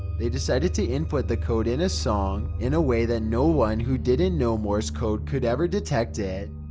they decided to input the code in a song in a way that no one who didn't know morse code could ever detect it.